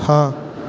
ہاں